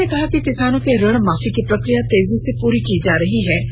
उन्होंने कहा कि किसानों के ऋण माफी की प्रशिक्र या तेजी से पूरी की जा रही है